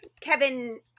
Kevin